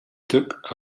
took